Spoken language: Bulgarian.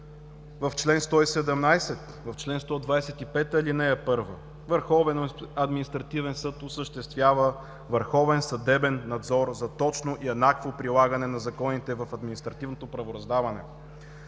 „в чл. 117, в чл. 125, ал. 1 – Върховен административен съд осъществява върховен съдебен надзор за точно и еднакво прилагане на законите в административното правораздаване.“